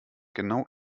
genau